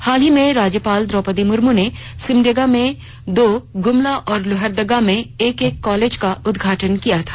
हाल ही में राज्यपाल द्रौपदी मुर्म ने सिमडेगा में दो गुमला और लोहरदगा में एक एक कालेज का उदघाटन किया था